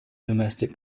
domestic